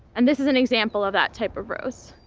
and this is an example of that type of rose.